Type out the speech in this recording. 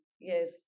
Yes